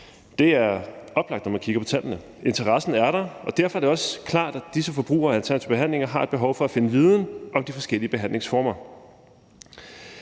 det er oplagt, når man kigger på tallene. Interessen er der, og derfor er det også klart, at disse forbrugere af alternativ behandling har et behov for at finde viden om de forskellige behandlingsformer.